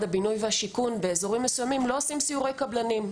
הבינוי והשיכון באזורים מסוימים סיורי קבלנים.